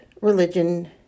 religion